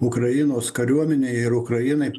ukrainos kariuomenei ir ukrainai